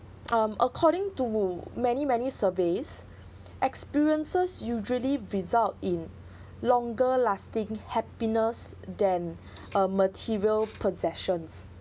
um according to many many surveys experiences usually result in longer lasting happiness than a material possessions